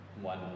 one